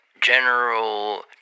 general